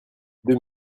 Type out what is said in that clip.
deux